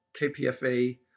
KPFA